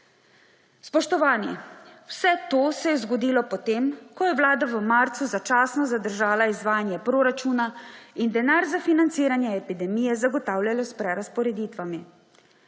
Spoštovani! Vse to se je zgodilo, ko je vlada v marcu začasno zadržala izvajanje proračuna in denar za financiranje epidemije zagotavljala s prerazporeditvami.